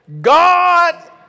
God